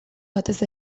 batez